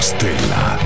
Stella